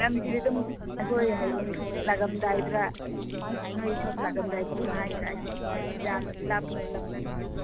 ꯂꯝꯁꯤꯗꯤ ꯑꯗꯨꯝ ꯑꯩꯈꯣꯏ ꯍꯌꯦꯡ ꯂꯥꯛꯂꯝꯗꯥꯏꯗꯔ ꯅꯣꯏ ꯁꯣꯝ ꯂꯥꯛꯂꯝꯗꯥꯏꯗ ꯑꯗꯨꯝ ꯍꯥꯏꯖꯔꯛꯑꯒꯦ ꯌꯥꯝꯅꯗꯤ ꯂꯥꯞꯄ ꯅꯠꯇꯦ